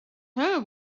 her